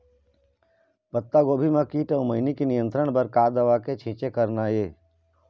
पत्तागोभी म कीट अऊ मैनी के नियंत्रण बर का दवा के छींचे करना ये?